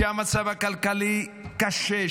המצב הכלכלי קשה,